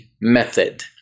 method